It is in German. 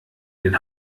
den